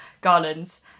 garlands